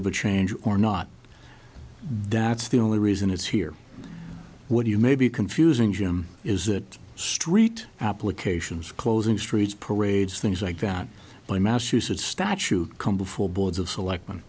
of a change or not that's the only reason it's here what you may be confusing is that street applications closing streets parades things like that by massachusetts statute come before boards of select